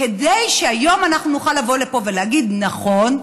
כדי שהיום אנחנו נוכל לבוא ולהגיד: נכון,